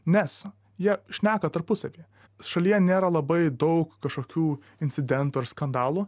nes jie šneka tarpusavyje šalyje nėra labai daug kažkokių incidentų ar skandalų